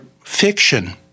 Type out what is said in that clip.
fiction